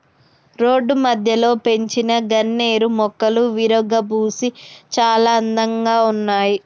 road మధ్యలో పెంచిన గన్నేరు మొక్కలు విరగబూసి చాలా అందంగా ఉన్నాయి